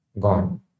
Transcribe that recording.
gone